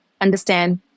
understand